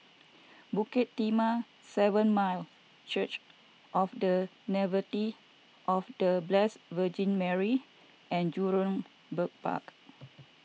Bukit Timah seven Mile Church of the Nativity of the Blessed Virgin Mary and Jurong Bird Park